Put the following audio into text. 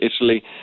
Italy